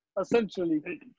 essentially